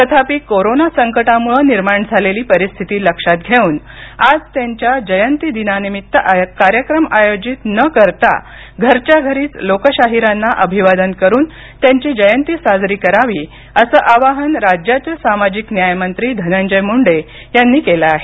तथापि कोरोना संकटामुळे निर्माण झालेली परिस्थिती लक्षात घेऊन आज त्यांच्या जयंतीदिनानिमित्त कार्यक्रम आयोजित न करता घरच्या घरीच लोकशाहीरांना अभिवादन करून त्यांची जयंती साजरी करावी असं आवाहन राज्याचे सामाजिक न्याय मंत्री धनंजय मुंडे यांनी केलं आहे